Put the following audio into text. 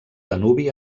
danubi